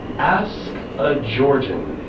ask a georgian.